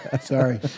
Sorry